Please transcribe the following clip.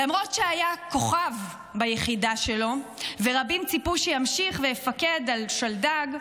למרות שהיה כוכב ביחידה שלו ורבים ציפו שימשיך ויפקד על שלדג,